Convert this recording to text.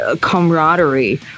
camaraderie